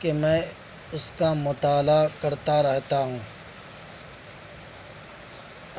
کہ میں اس کا مطالعہ کرتا رہتا ہوں